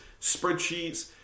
spreadsheets